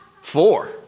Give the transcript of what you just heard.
four